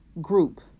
group